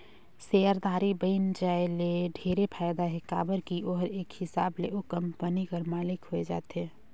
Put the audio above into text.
सेयरधारी बइन जाये ले ढेरे फायदा हे काबर की ओहर एक हिसाब ले ओ कंपनी कर मालिक होए जाथे